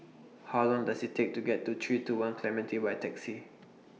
How Long Does IT Take to get to three two one Clementi By Taxi